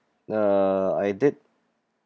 uh I did